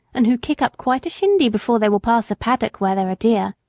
and who kick up quite a shindy before they will pass a paddock where there are deer.